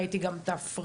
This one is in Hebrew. ראיתי את ההפרדה,